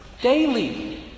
daily